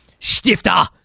Stifter